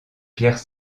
pierres